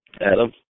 Adam